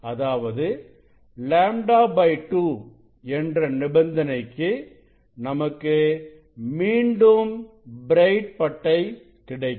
அதாவது λ2 என்ற நிபந்தனைக்கு நமக்கு மீண்டும் பிரைட் பட்டை கிடைக்கும்